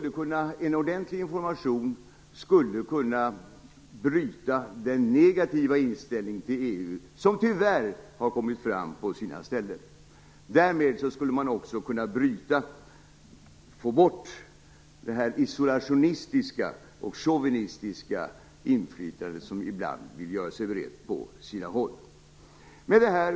En ordentlig information skulle kunna bryta den negativa inställning till EU som tyvärr har kommit fram på sina ställen. Därmed skulle man också kunna få bort det isolationistiska och chauvinistiska inflytande som ibland breder ut sig på sina håll. Fru talman!